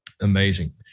Amazing